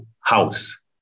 house